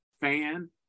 fan